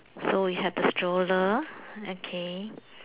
so you have the stroller okay